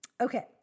Okay